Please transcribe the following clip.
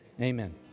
Amen